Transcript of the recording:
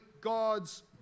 God's